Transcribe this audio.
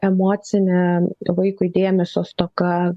emocinė vaikui dėmesio stoka